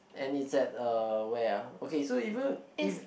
and it's at uh where are okay so even if